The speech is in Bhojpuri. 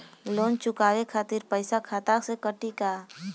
लोन चुकावे खातिर पईसा खाता से कटी का?